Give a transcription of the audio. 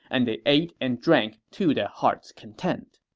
and they ate and drank to their hearts' content.